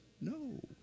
no